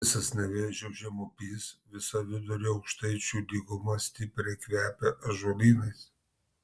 visas nevėžio žemupys visa vidurio aukštaičių lyguma stipriai kvepia ąžuolynais